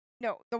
No